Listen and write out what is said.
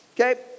Okay